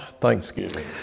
Thanksgiving